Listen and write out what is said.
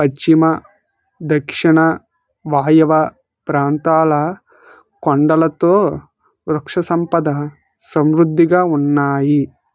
పశ్చిమ దక్షిణ వాయువ్య ప్రాంతాలు కొండలతో వృక్షసంపద సమృద్ధిగా ఉన్నాయి